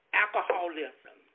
alcoholism